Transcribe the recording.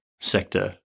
sector